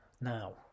Now